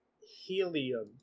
helium